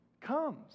comes